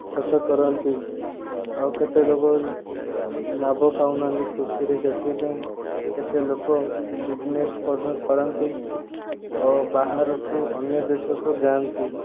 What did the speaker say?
ଚାଷ କରନ୍ତି ଆଉ କେତେ ଲୋକ ଲାଭ ପାଉନାହାନ୍ତି କୃଷିରେ ସେଥିପାଇଁ କେତେ ଲୋକ ବିଜନେସ୍ କରନ୍ତି ଓ ବାହାରକୁ ଅନ୍ୟ ଦେଶକୁ ଯାଆନ୍ତି